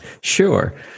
Sure